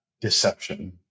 deception